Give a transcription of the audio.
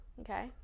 okay